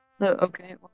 Okay